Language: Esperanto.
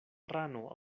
rano